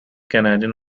canadian